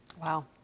Wow